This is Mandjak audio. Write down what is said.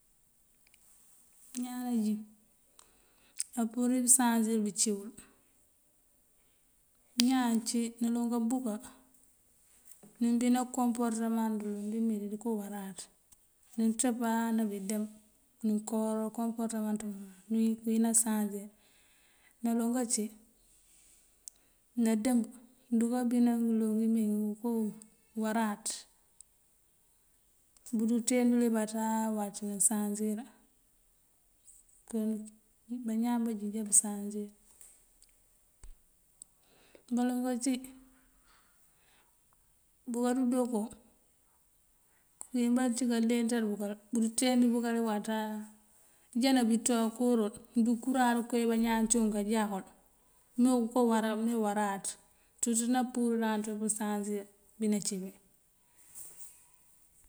Ñaan najín apurir pësansir bëcí wul. Ñaan cí naloŋ kabúka nëbin komporëtëman dëloŋ dímeedí dëko waráaţ, nëţëpáa nabidëmb nëkawará komporëtëman dëmënţ duŋ këwín nasansir. Naloŋ kací nadëmb duka bina ngëloŋ ngímeengí ngënko waráaţ, bëdu ţeen dul ibaţáa wac nësansir. Kon bañaan bajín já bësansir. Baloŋ kací buka rudoko këwín bací kaleenţar bukal bëdu teend bukal ibaţáa já nabí ţookoorul ndukuráar kowí bañaan cí wuŋ kajákul me uko wará me waráaţ ţul ţí napurir ţun pësansir bina cí bí.